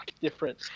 different